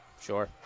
sure